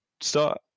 start